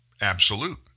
absolute